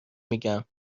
میگم